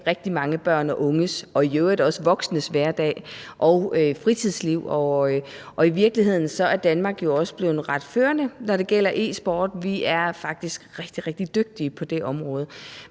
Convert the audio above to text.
rigtig mange børn og unges og i øvrigt også voksnes hverdag og fritidsliv, og i virkeligheden er Danmark jo også blevet ret førende, når det gælder e-sport – vi er faktisk rigtig, rigtig dygtige på det område